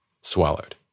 Swallowed